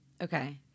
Okay